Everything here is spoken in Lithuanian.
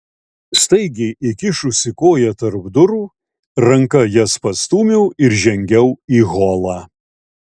staigiai įkišusi koją tarp durų ranka jas pastūmiau ir žengiau į holą